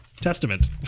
Testament